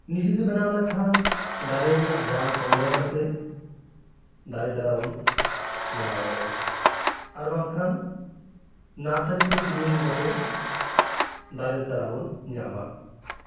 ᱱᱤᱡᱮ ᱛᱮ ᱵᱮᱱᱟᱣ ᱞᱮᱠᱷᱟᱱ ᱫᱟᱨᱮ ᱨᱮᱱᱟᱜ ᱡᱟᱝ ᱥᱚᱝᱜᱨᱚᱦᱚ ᱠᱟᱛᱮ ᱫᱟᱨᱮ ᱪᱟᱨᱟ ᱵᱚᱱ ᱵᱮᱱᱟᱣ ᱫᱟᱲᱮᱭᱟᱜᱼᱟ ᱟᱨ ᱵᱟᱝᱠᱷᱟᱱ ᱱᱟᱨᱥᱟᱨᱤ ᱠᱷᱚᱱ ᱠᱤᱨᱤᱧ ᱟᱹᱜᱩ ᱠᱟᱛᱮ ᱫᱟᱨᱮ ᱪᱟᱨᱟ ᱵᱚᱱ ᱧᱟᱢᱟ